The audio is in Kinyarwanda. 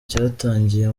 cyatangiye